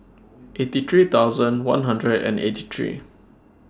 eighty three thousand one hundred and eighty three